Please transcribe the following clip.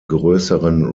größeren